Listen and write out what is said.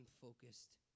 focused